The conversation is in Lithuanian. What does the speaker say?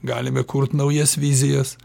galime kurt naujas vizijas